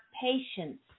patience